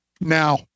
Now